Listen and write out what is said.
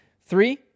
Three